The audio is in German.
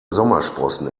sommersprossen